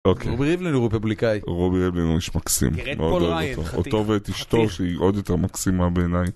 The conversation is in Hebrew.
אוקיי. רובי רבלין הוא רפובליקאי. רובי רבלין הוא איש מקסים, מאוד אוהב אותו. אותו ואת אשתו שהיא עוד יותר מקסימה בעיניי.